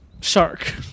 Shark